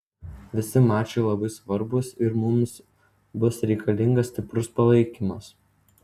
visi mačai labai svarbūs ir mums bus reikalingas stiprus palaikymas